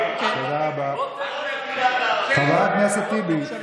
חבר הכנסת טיבי.